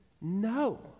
No